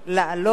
בבקשה.